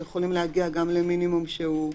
ויכולים להגיע גם למינימום שהוא אחר.